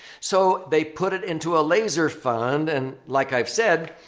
so, they put it into a laser fund. and like i've said,